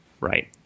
right